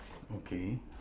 okay